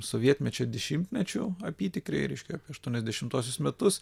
sovietmečio dešimtmečiu apytikriai reiškia apie aštuoniasdešimtuosius metus